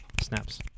snaps